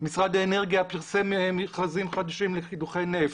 משרד האנרגיה פרסם מכרזים חדשים לקידוחי נפט.